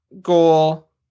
goal